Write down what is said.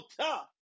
tough